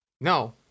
No